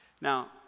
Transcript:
Now